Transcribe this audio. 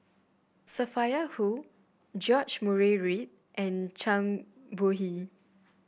Sophia Hull George Murray Reith and Zhang Bohe